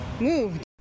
moved